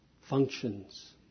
functions